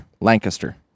Lancaster